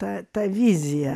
tą tą viziją